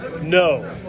no